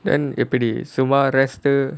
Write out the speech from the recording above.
then எப்பிடி சும்மா:eppidi summa eh